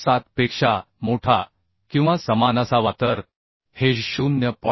7 पेक्षा मोठा किंवा समान असावा तर हे 0